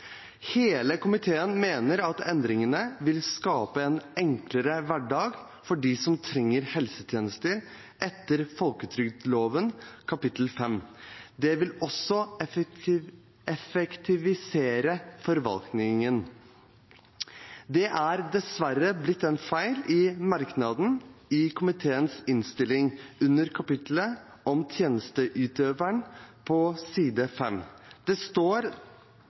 Hele komiteen mener at endringene vil skape en enklere hverdag for dem som trenger helsetjenester etter folketrygdloven kapittel 5. Det vil også effektivisere forvaltningen. Det er dessverre blitt en feil i merknaden i komiteens innstilling på side 5 under kapitlet om tjenesteyteren. Det står